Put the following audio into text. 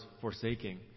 forsaking